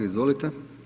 Izvolite.